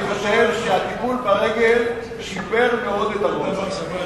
אני חושב שהטיפול ברגל שיפר מאוד את הראש.